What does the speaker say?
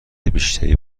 بیشتری